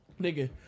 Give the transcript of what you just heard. Nigga